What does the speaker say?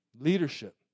leadership